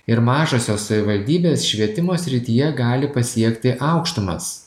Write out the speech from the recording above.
ir mažosios savivaldybės švietimo srityje gali pasiekti aukštumas